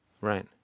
Right